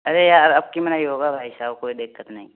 अरे यार अब की में नहीं होगा भाई साहब कोई दिक्कत नहीं